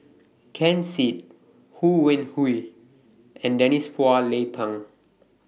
Ken Seet Ho Wan Hui and Denise Phua Lay Peng